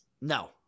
No